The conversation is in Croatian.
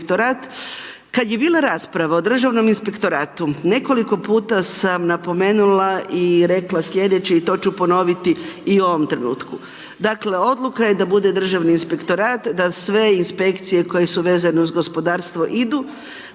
Kada je bila rasprava o Državnom inspektoratu, nekoliko puta sam napomenula i rekla sljedeće i to ću ponoviti i u ovom trenutku. Dakle, odluka je da bude Državni inspektorat, da sve inspekcije koje su vezane uz gospodarsku idu,